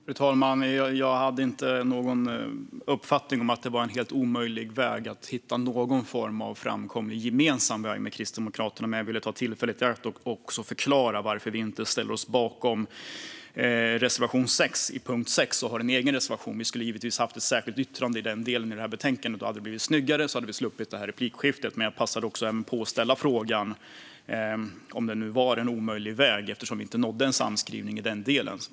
Fru talman! Jag hade inte någon uppfattning om att det var helt omöjligt att hitta någon form av framkomlig gemensam väg med Kristdemokraterna, men jag ville ta tillfället i akt att förklara varför vi inte ställer oss bakom reservation 6 under punkt 6 utan har en egen reservation. Vi skulle givetvis ha haft ett särskilt yttrande i den delen i betänkandet. Då hade det blivit snyggare, och då hade vi sluppit detta replikskifte. Men jag passade även på att ställa frågan om det var en omöjlig väg, eftersom vi inte nådde en samskrivning i den delen.